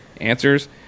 answers